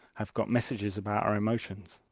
have got messages about our emotions.